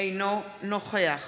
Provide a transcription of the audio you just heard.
אינו נוכח